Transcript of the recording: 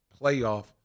playoff